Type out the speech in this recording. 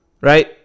Right